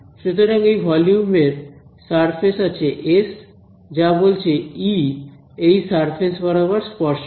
সুতরাং এই ভলিউম এর সারফেস আছে S যা বলছে ই এই সারফেস বরাবর স্পর্শক